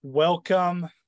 Welcome